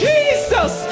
Jesus